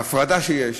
וההפרדה שיש